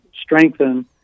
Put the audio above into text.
strengthen